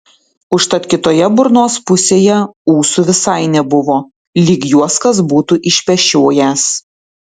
užtat kitoje burnos pusėje ūsų visai nebuvo lyg juos kas būtų išpešiojęs